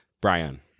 Brian